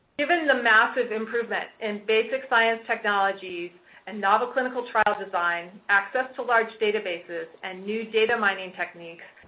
given the massive improvement in basic science technologies and novel clinical trial designs, access to large databases, and new data mining techniques,